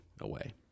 away